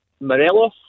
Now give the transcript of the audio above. Morelos